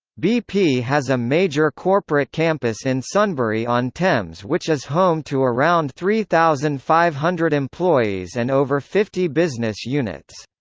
bp has a major corporate campus in sunbury-on-thames which is home to around three thousand five hundred employees and over fifty business units.